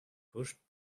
pushed